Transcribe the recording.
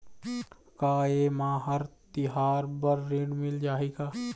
का ये मा हर तिहार बर ऋण मिल जाही का?